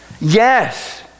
Yes